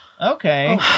Okay